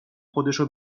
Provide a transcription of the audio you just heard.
خودشو